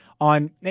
on